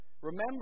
Remember